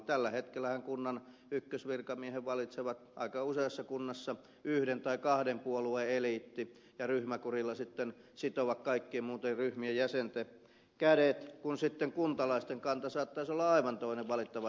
tällä hetkellähän kunnan ykkösvirkamiehen valitsee aika useassa kunnassa yhden tai kahden puolueen eliitti ja ryhmäkurilla sitten sitoo kaikkien muitten ryhmien jäsenten kädet kun sitten kuntalaisten kanta saattaisi olla aivan toinen valittavan henkilön suhteen